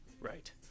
right